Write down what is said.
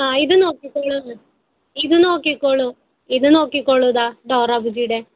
ആ ഇത് നോക്കിക്കോളൂ ഇത് നോക്കിക്കോളൂ ഇത് നോക്കിക്കോളൂ ഇതാ ഡോറ ബുജ്ജിയുടെ